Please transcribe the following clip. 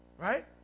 Right